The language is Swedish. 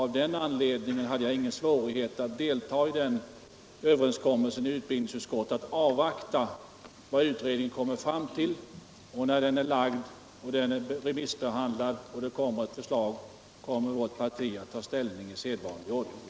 Av den anledningen hade jag heller ingen svårighet att delta i den överenskommelse som träffades i utbildningsutskottet att avvakta vad utredningen kommer fram till. När utredningens betänkande är remissbehandlat och ett förslag ligger på bordet kommer vårt parti att ta ställning i sedvanlig ordning.